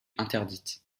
interdites